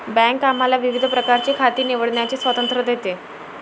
bank आम्हाला विविध प्रकारची खाती निवडण्याचे स्वातंत्र्य देते